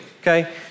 okay